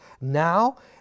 now